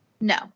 No